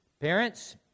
parents